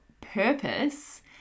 purpose